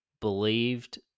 believed